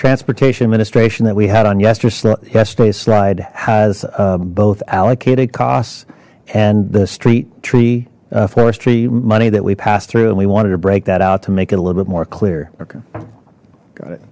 that we had on yesterday's slide has both allocated costs and the street tree forestry money that we pass through and we wanted to break that out to make it a little bit more clear okay got it